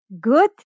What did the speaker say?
Good